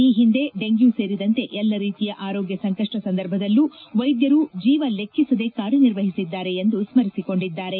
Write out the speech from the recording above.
ಈ ಹಿಂದೆ ಡೆಂಗ್ಯೂ ಸೇರಿದಂತೆ ಎಲ್ಲಾ ರೀತಿಯ ಆರೋಗ್ಯ ಸಂಕಪ್ಪ ಸಂದರ್ಭದಲ್ಲೂ ವೈದ್ಯರು ಜೀವ ಲೆಕ್ಕಿಸದೆ ಕಾರ್ಯನಿರ್ವಹಿಸುತ್ತಿದ್ದಾರೆ ಎಂದು ಸ್ನರಿಸಿಕೊಂಡಿದ್ದಾರೆ